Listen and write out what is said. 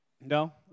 No